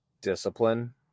discipline